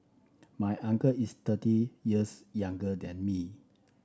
my uncle is thirty years younger than me